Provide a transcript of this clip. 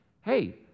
hey